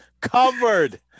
covered